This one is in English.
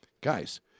Guys